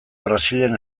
brasilen